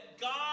God